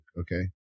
okay